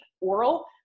oral